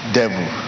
devil